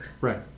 Right